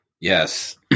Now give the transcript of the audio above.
Yes